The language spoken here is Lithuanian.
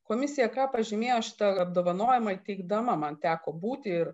komisija ką pažymėjo apdovanojimą teikdama man teko būti ir